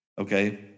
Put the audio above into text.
okay